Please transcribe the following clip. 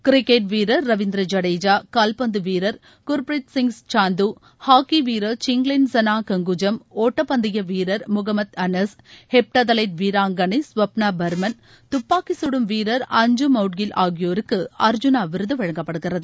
cricket வீரர் ரவீந்திர ஐடேஜா கால்பந்து வீரர் குர்பிரீத் சிங் சாந்து ஹாக்கி வீரர் சிங்லென்சனா கங்குஜம் ஓட்டப்பந்தய வீரர் முகமத் அனஸ் ஹெட்டதலேட் வீராங்கனை கவப்னா பர்மன் துப்பாக்கிச்கடும் வீரர் அஞ்சும் மெட்கில் ஆகியோருக்கு அர்ஜுனா விருது வழங்கப்படுகிறது